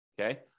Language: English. Okay